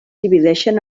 divideixen